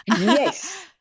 Yes